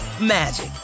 magic